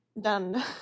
done